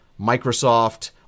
Microsoft